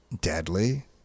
deadly